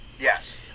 Yes